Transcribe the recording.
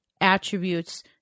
attributes